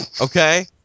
Okay